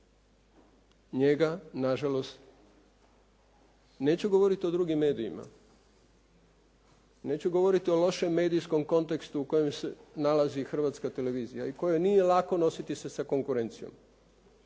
Njega na žalost, neću govoriti o drugim medijima, neću govoriti o lošem medijskom kontekstu u kojem se nalazi Hrvatska televizija i kojoj nije lako nositi se sa konkurencijom,